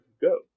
go